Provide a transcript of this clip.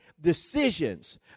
decisions